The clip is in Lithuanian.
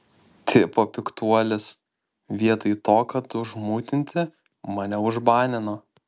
tipo piktuolis vietoj to kad užmutinti mane užbanino